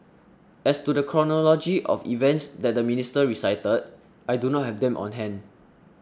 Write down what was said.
as to the chronology of events that the minister recited I do not have them on hand